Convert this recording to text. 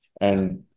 And-